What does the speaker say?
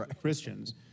Christians